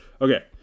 Okay